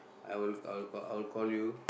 I will I will I will call you